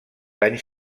anys